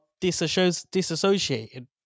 disassociated